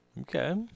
Okay